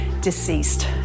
deceased